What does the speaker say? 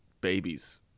Babies